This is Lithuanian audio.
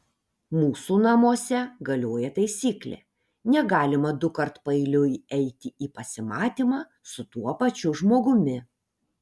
mūsų namuose galioja taisyklė negalima dukart paeiliui eiti į pasimatymą su tuo pačiu žmogumi